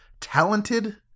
talented